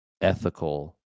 ethical